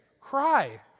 Cry